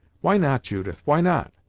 why not, judith, why not?